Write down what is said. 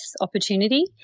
opportunity